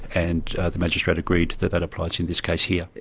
and the magistrate agreed that that applies in this case here.